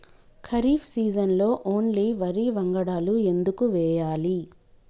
ఖరీఫ్ సీజన్లో ఓన్లీ వరి వంగడాలు ఎందుకు వేయాలి?